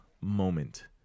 moment